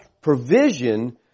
provision